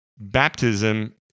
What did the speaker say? Baptism